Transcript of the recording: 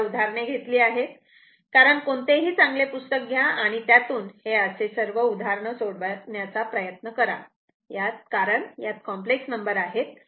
4 उदाहरणे घेतली आहेत कारण कोणतेही चांगले पुस्तक घ्या आणि त्यातून हे असे उदाहरणे सोडवण्याचा प्रयत्न करा कारण यात कॉम्प्लेक्स नंबर आहेत